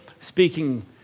speaking